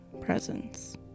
presence